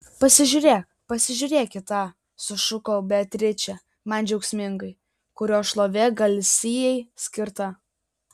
pasižiūrėk pasižiūrėk į tą sušuko beatričė man džiaugsmingai kurio šlovė galisijai skirta